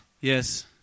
yes